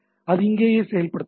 அது இங்கேயே செயல்படுத்தப்படும்